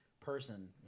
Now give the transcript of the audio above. person